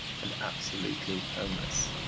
and absolutely homeless.